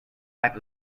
type